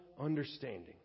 understanding